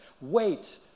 Wait